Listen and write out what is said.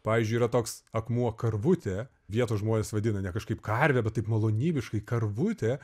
pavyzdžiui yra toks akmuo karvutė vietos žmonės vadina ne kažkaip karvė bet taip malonybiškai karvutė